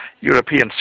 European